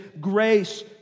grace